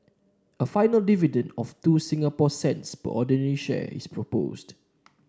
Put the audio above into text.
a final dividend of two Singapore cents per ordinary share is proposed